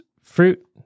fruit